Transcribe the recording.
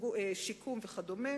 שיקום וכדומה,